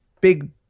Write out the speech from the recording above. big